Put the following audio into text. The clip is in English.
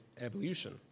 evolution